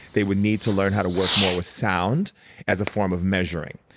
they would need to learn how to work more with sound as a form of measuring.